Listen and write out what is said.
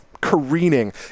careening